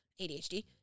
ADHD